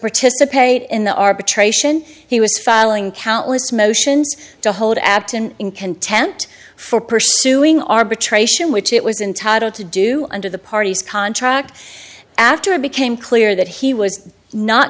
participate in the arbitration he was filing countless motions to hold absent in content for pursuing arbitration which it was entitle to do under the party's contract after it became clear that he w